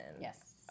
Yes